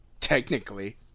Technically